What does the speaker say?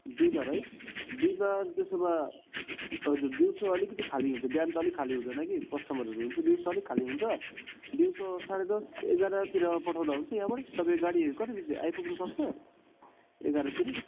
बिहिबार है बिहिबार त्यसो भए हजुर दिउँसो अलिकति खाली हुन्छ बिहान त अलिक खाली हुँदैन कि कस्टमरहरू हुन्छ दिउँसो अलिक खाली हुन्छ दिउँसो साढे दस एघारतिर पठाउँदा हुन्छ यहाँबाट तपाईँको गाडीहरू कति बजी आइपुग्नु सक्छ एघारतिर